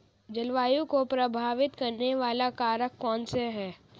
जलवायु को प्रभावित करने वाले कारक कौनसे हैं?